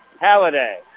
Halliday